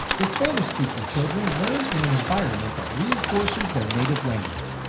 the spanish speaking children learn in an environment that reinforces their native language,